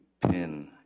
pin